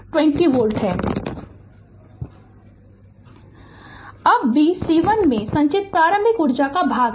Refer Slide Time 3408 अब b C1 में संचित प्रारंभिक ऊर्जा का भाग है